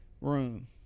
Room